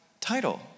title